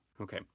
Okay